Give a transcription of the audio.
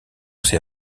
ces